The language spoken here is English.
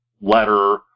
letter